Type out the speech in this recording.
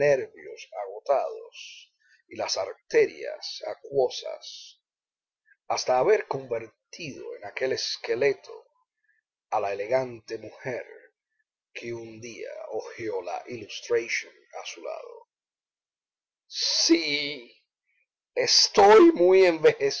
nervios agotados y las arterias acuosas hasta haber convertido en aquel esqueleto a la elegante mujer que un día hojeó la illustration a su lado sí estoy muy